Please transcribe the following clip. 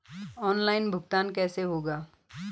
Online भुगतान कैसे होगा?